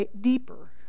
deeper